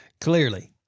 clearly